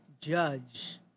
judge